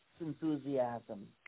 enthusiasm